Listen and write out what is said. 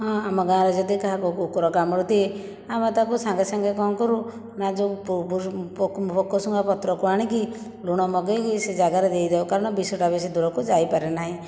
ହଁ ଆମ ଗାଁରେ ଯଦି କାହାକୁ କୁକୁର କାମୁଡ଼ି ଦିଏ ଆମେ ତାକୁ ସାଙ୍ଗେ ସାଙ୍ଗେ କ'ଣ କରୁ ନା ଯେଉଁ ପୋକଶୁଙ୍ଗା ପତ୍ରକୁ ଆଣିକି ଲୁଣ ମଗେଇକି ସେଇ ଜାଗାରେ ଦେଇ ଦେଉ କାରଣ ବିଷଟା ବେଶୀ ଦୂରକୁ ଯାଇପାରେ ନାହିଁ